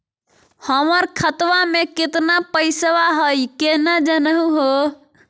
हमर खतवा मे केतना पैसवा हई, केना जानहु हो?